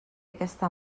aquesta